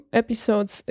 episodes